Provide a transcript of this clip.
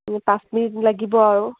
পাঁচ মিনিট লাগিব আৰু